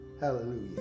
Hallelujah